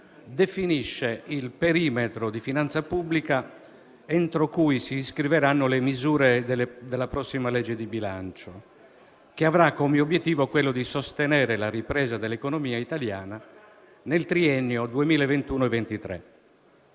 definisce il perimetro di finanza pubblica entro cui si iscriveranno le misure della prossima legge di bilancio, che avrà come obiettivo quello di sostenere la ripresa dell'economia italiana nel triennio 2021-2023.